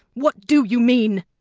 what do you mean?